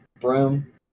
broom